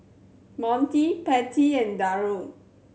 Monty Patty and Darold